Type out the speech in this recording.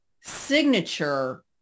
signature